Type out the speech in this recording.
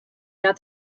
that